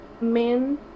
men